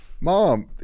Mom